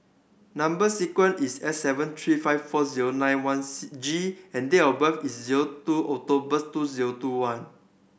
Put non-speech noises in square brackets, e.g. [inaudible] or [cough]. number sequence is S seven three five four zero nine one [unintelligible] G and date of birth is zero two October two zero two one